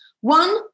One